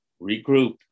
regroup